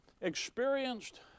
Experienced